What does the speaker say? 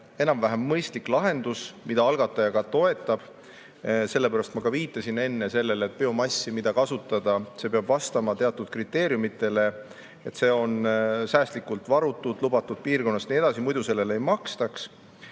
enam-vähem mõistlik lahendus, mida algataja ka toetab. Sellepärast ma ka viitasin enne sellele, et biomass, mida kasutada, peab vastama teatud kriteeriumidele, et see on säästlikult varutud, lubatud piirkonnast ja nii edasi, muidu sellele ei makstaks.